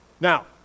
Now